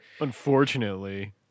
unfortunately